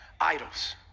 idols